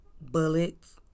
bullets